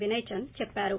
వినయ్ చంద్ చెప్పారు